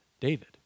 David